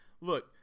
look